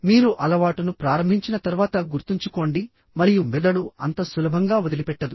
మీరు అలవాటును ప్రారంభించిన తర్వాత గుర్తుంచుకోండి మరియు మెదడు అంత సులభంగా వదిలిపెట్టదు